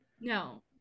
No